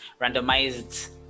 randomized